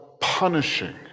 punishing